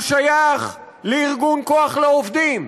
הוא שייך לארגון כוח לעובדים,